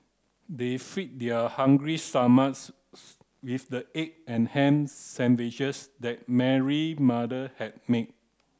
they fed their hungry stomachs with the egg and ham sandwiches that Mary mother had made